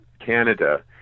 Canada